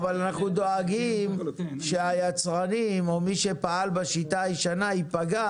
אנחנו דואגים שהיצרנים או מי שפעל בשיטה הישנה ייפגע